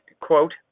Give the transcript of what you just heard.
quote